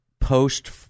post